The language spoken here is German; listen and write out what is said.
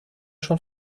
schon